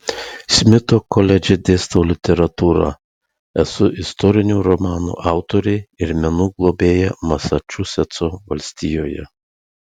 smito koledže dėstau literatūrą esu istorinių romanų autorė ir menų globėja masačusetso valstijoje